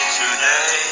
today